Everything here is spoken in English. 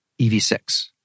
EV6